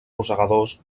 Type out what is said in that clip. rosegadors